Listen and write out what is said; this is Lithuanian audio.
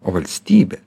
o valstybė